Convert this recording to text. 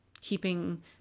keeping